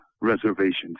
reservations